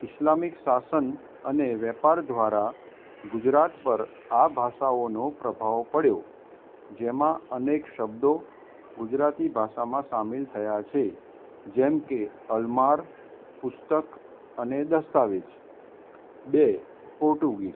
Islamic શાસન અને વેપાર દ્વારા ગુજરાત પર આ ભાષાઓનો પ્રભાવ પડ્યો જેમાં અનેક શબ્દો ગુજરાતી ભાષામાં સામેલ થયા છે જેમ કે અલમાર પુસ્તક અને દસ્તાવેજ બે પોર્ટુગીઝ